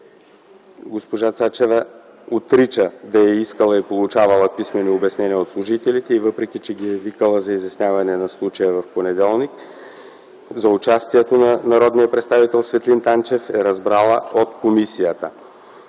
Госпожа Цачева отрича да е искала и получавала писмени обяснения от служителите и въпреки че ги е викала за изясняване на случая в понеделник, за участието на народния представител Светлин Танчев е разбрала от комисията.